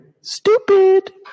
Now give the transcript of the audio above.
Stupid